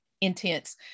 intense